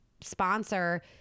sponsor